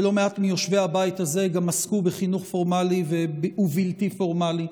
ולא מעט מיושבי הבית הזה גם עסקו בחינוך פורמלי ובלתי פורמלי.